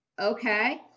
Okay